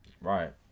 right